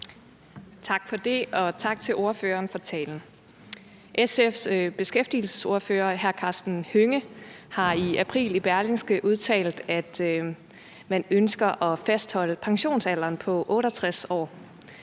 Tak for det, og tak til ordføreren for talen. SF's beskæftigelsesordfører, hr. Karsten Hønge, har i april i Berlingske udtalt, at man ønsker at fastholde pensionsalderen på 68 år.